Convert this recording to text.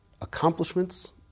accomplishments